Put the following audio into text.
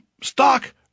stock